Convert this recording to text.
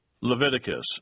Leviticus